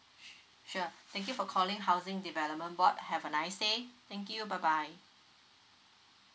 s~ sure thank you for calling housing development board have a nice day thank you bye bye